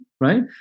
right